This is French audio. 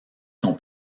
son